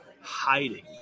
hiding